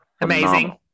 Amazing